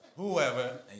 Whoever